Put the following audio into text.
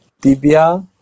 tibia